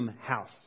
house